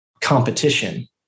competition